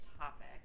topic